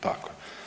Tako.